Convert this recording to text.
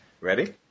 Ready